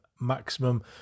maximum